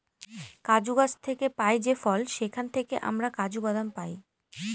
কাজু গাছ থেকে পাই যে ফল সেখান থেকে আমরা কাজু বাদাম পাই